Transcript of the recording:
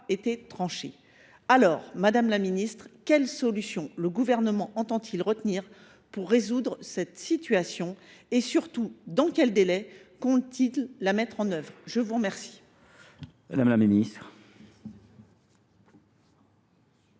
été tranchées. Madame la ministre, quelle solution le Gouvernement entend il retenir pour résoudre cette situation ? Surtout, dans quel délai compte t il la mettre en œuvre ? La parole est à Mme la ministre.